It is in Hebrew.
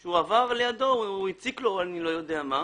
הוא עבר לידו, הוא הציק לו, או אני לא יודע מה.